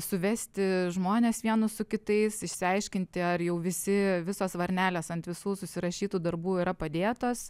suvesti žmones vienus su kitais išsiaiškinti ar jau visi visos varnelės ant visų susirašytų darbų yra padėtos